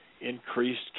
increased